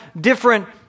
different